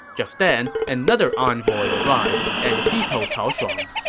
just then, another envoy arrived, and he told cao shuang,